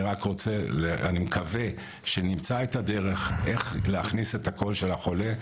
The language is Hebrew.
אני מקווה שנמצא את הדרך איך להכניס את הקול של החולה,